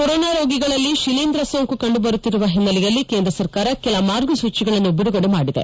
corona ರೋಗಿಗಳಲ್ಲಿ ಶಿಲೀಂಧ ಸೋಂಕು ಕಂಡುಬರುತ್ತಿರುವ ಹಿನ್ನೆಲೆಯಲ್ಲಿ ಕೇಂದ್ರ ಸರ್ಕಾರ ಕೆಲ ಮಾರ್ಗಸೂಚಿಗಳನ್ನು ಬಿಡುಗಡೆ ಮಾಡಿದೆ